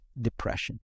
depression